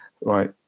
Right